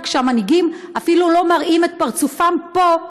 וכשהמנהיגים אפילו לא מראים את פרצופם פה,